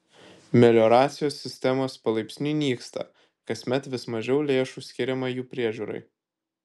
melioracijos sistemos palaipsniui nyksta kasmet vis mažiau lėšų skiriama jų priežiūrai